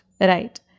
right